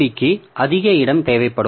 B க்கு அதிக இடம் தேவைப்படும்